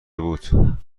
بود